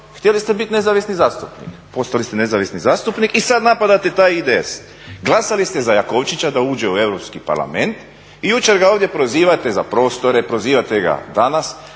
htjeli ste biti nezavisni zastupnik. Postali ste nezavisni zastupnik i sad napadate taj IDS. Glasali ste za Jakovčića da uđe u Europski parlament. Jučer ga ovdje prozivate za prostore, prozivate ga danas.